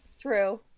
True